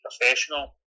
professional